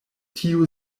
tiu